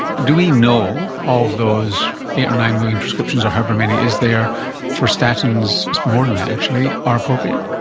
do we know of those eight or nine million prescriptions or however many is there for statins, it's more than that actually, are appropriate?